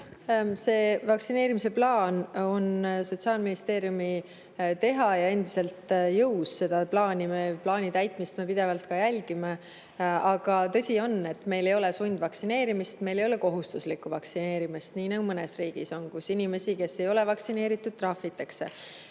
Vaktsineerimise plaan on Sotsiaalministeeriumi teha ja see on endiselt jõus. Plaani täitmist me pidevalt jälgime. Aga tõsi on, et meil ei ole sundvaktsineerimist, meil ei ole kohustuslikku vaktsineerimist, nii nagu on mõnes teises riigis, kus inimesi, kes ei ole vaktsineeritud, trahvitakse.